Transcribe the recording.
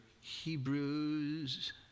Hebrews